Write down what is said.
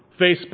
Facebook